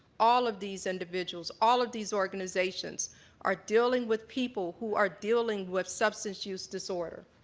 all of these individuals, all of these organizations are dealing with people who are dealing with substance use disorder.